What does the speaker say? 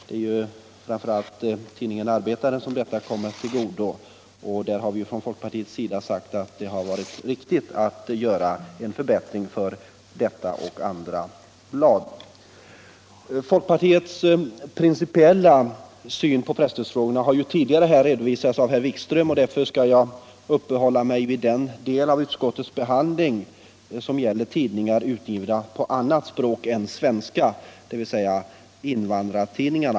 Det är bl.a. tidningen Arbetaren som detta stöd kommer till godo, och vi har från folkpartiets sida ansett att det varit riktigt att åstadkomma en förbättring för denna och andra motsvarande tidningar. Folkpartiets principiella syn på presstödsfrågorna har tidigare redovisats av herr Wikström och därför skall jag uppehålla mig vid den del av utskottets behandling som gäller tidningar utgivna på annat språk än svenska, dvs. invandrartidningar.